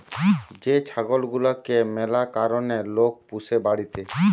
যে ছাগল গুলাকে ম্যালা কারণে লোক পুষে বাড়িতে